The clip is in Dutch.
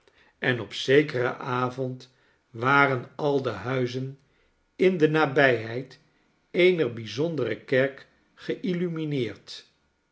en op zekeren avond waren al de huizen in de nabijheid eener bijzondere kerk